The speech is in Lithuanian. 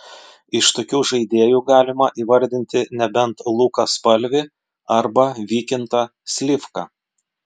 iš tokių žaidėjų galima įvardinti nebent luką spalvį arba vykintą slivką